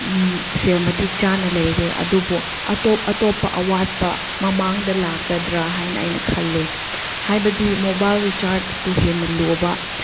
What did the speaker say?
ꯁꯦꯜ ꯃꯇꯤꯛ ꯆꯥꯅ ꯂꯩꯔꯦ ꯑꯗꯨꯕꯨ ꯑꯇꯣꯄ ꯑꯇꯣꯞꯄ ꯑꯋꯥꯠꯄ ꯃꯃꯥꯡꯗ ꯂꯥꯛꯀꯗ꯭ꯔꯥ ꯍꯥꯏꯅ ꯑꯩꯅ ꯈꯜꯂꯦ ꯍꯥꯏꯕꯗꯤ ꯃꯣꯕꯥꯏꯜ ꯔꯤꯆꯥꯔꯖꯄꯨ ꯍꯦꯟꯅ ꯂꯨꯕ